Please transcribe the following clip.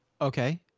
Okay